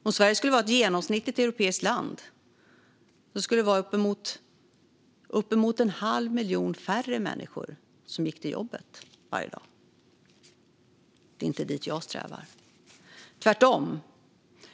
Om Sverige skulle vara ett genomsnittligt europeiskt land skulle det vara uppemot en halv miljon färre människor som gick till jobbet varje dag. Det är inte dit jag strävar, tvärtom.